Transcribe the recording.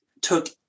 took